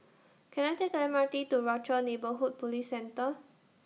Can I Take The M R T to Rochor Neighborhood Police Centre